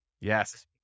Yes